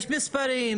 יש מספרים,